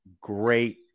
Great